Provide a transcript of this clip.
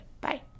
Bye